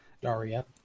Daria